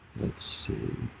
let's